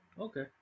okay